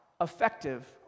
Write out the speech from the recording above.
effective